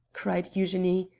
cried eugenie,